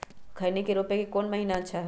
खैनी के रोप के कौन महीना अच्छा है?